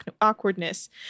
awkwardness